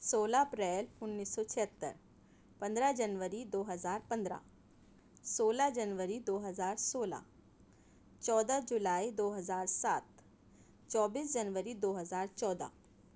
سولہ اپریل انیس سو چھہتر پندرہ جنوری دو ہزار پندرہ سولہ جنوری دو ہزار سولہ چودہ جولائی دو ہزار سات چوبیس جنوری دو ہزار چودہ